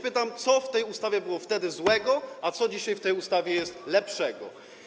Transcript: Pytam, co wtedy w tej ustawie było złego, a co dzisiaj w tej ustawie jest lepszego.